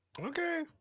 Okay